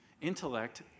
Intellect